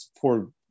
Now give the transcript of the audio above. poor